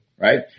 right